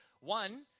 one